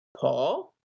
Paul